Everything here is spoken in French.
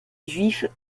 juif